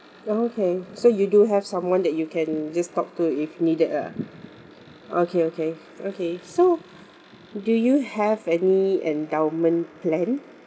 oh okay so you do have someone that you can just talk to if needed lah okay okay okay so do you have any endowment plan